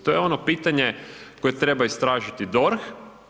To je ono pitanje koje treba istražiti DORH.